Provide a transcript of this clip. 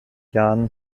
jahren